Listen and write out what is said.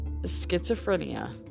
schizophrenia